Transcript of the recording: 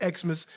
Xmas